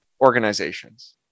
organizations